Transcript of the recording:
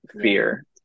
fear